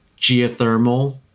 geothermal